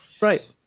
Right